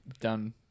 done